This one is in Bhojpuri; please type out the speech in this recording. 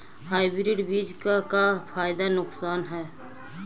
हाइब्रिड बीज क का फायदा नुकसान ह?